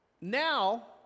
now